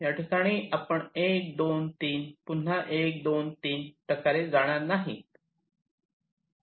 याठिकाणी आपण 123 पुन्हा 1 2 3 प्रकारे जाणार नाही